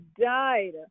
died